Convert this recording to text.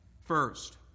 First